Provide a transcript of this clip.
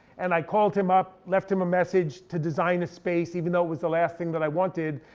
and i called him up, left him a message to design a space, even though it was the last thing that i wanted.